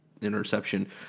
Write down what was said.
interception